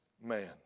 man